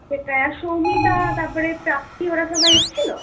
সেটাই আর সৌমিতা তারপরে প্রাপ্তি ওরা সবাই এসেছিলো